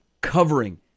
covering